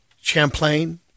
Champlain